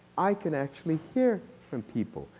i can actually hear from people.